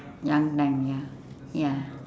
young time ya ya